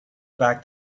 back